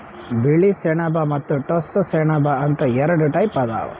ಬಿಳಿ ಸೆಣಬ ಮತ್ತ್ ಟೋಸ್ಸ ಸೆಣಬ ಅಂತ್ ಎರಡ ಟೈಪ್ ಅದಾವ್